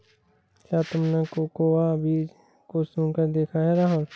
क्या तुमने कोकोआ बीज को सुंघकर देखा है राहुल?